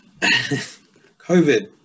COVID